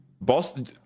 Boston